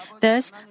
Thus